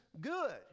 good